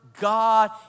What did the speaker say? God